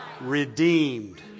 redeemed